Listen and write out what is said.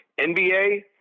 NBA